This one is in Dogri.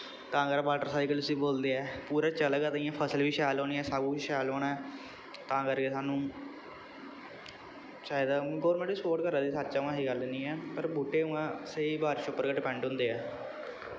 तां करके वाटर साइकिल इसी बोलदे ऐ पूरा चलेगा ते इ'यां फसल बी शैल होनी ऐ सब कुछ शैल होना ऐ तां करके सानूं चाहिदा ऐ हून गौरमैंट बी स्पोर्ट करा दी सच्च ऐ उ'यां ऐसी गल्ल निं ऐ पर बूह्टे उ'आं स्हेई बारिश उप्पर गै डिपैंड होंदे ऐ